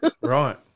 Right